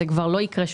זה כבר לא יקרה שוב.